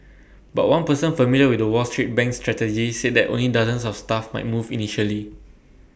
but one person familiar with the wall street bank's strategy said that only dozens of staff might move initially